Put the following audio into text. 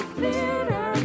theater